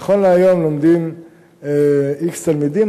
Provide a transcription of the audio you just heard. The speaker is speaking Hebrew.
נכון להיום לומדים x תלמידים,